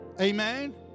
Amen